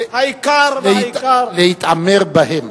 להתעמר בהם.